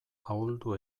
ahuldu